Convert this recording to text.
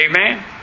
Amen